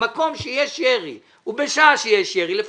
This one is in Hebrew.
במקום שיש ירי ובשעה שיש ירי לפצות.